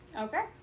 Okay